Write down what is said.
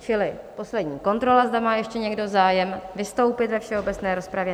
Čili poslední kontrola, zda má ještě někdo zájem vystoupit ve všeobecné rozpravě?